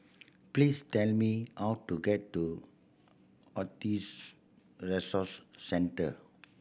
please tell me how to get to Autism Resource Centre